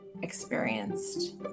experienced